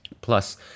plus